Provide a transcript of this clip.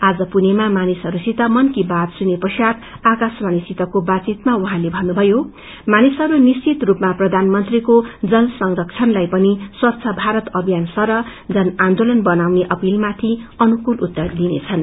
आज पूणेमा मानिसहरूसित मनकी बात सुने ष्ण्चात आकाशवाणीसितको बातचितमा उहाँले भन्नुभयो मानिसहरू निश्चित रूपमा प्रधानमंत्रीको जल संरक्षणलाई पनि स्वच्छ भारत अभियान सरह जन आन्दोलन बनाउने अपीलमाथि अनुकूल उत्तर दिनेछन्